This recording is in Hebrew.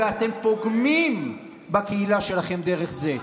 ואתם פוגמים בקהילה שלכם דרך זה.